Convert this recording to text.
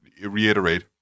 reiterate